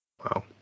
Wow